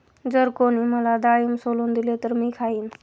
जर कोणी मला डाळिंब सोलून दिले तर मी खाईन